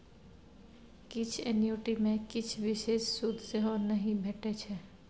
किछ एन्युटी मे किछ बिषेश सुद सेहो नहि भेटै छै